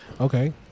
Okay